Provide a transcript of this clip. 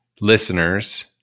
listeners